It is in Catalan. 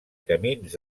camins